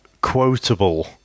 quotable